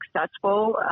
successful